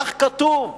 כך כתוב,